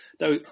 Now